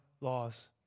laws